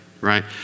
right